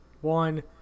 one